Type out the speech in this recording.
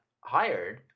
hired